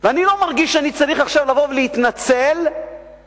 ואני לא מרגיש שאני צריך עכשיו לבוא ולהתנצל על